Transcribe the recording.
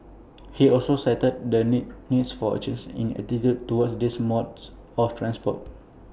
he also cited the need needs for A change in attitudes towards these modes of transport